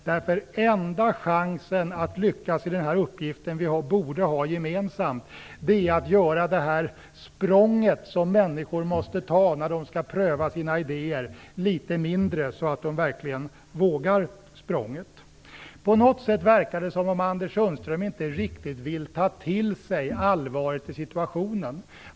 Den enda chansen att lyckas i den här uppgiften, som borde vara vår gemensamma, ligger i att litet minska det språng som människor måste ta när de skall pröva sina idéer, så att de verkligen vågar språnget. På något sätt verkar det som om Anders Sundström inte riktigt vill ta till sig allvaret i situationen.